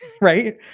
right